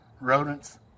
rodents